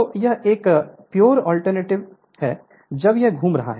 तो यह एक प्योर अल्टरनेटिव है जब यह घूम रहा है